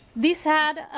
this ad